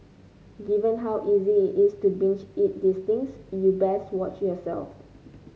given how easy it's to binge eat these things you best watch yourself